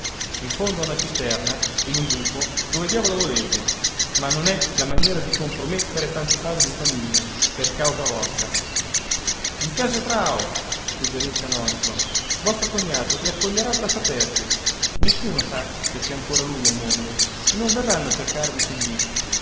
in fondo a una cisterna in un buco dove diavolo volete ma non è la maniera di compromettere tanti padri di famiglia per causa vostra in casa trao suggerì il canonico vostro cognato vi accoglierà a braccia aperte nessuno sa che c'è ancora lui al mondo e non verranno a cercarvi sin lì